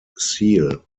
seal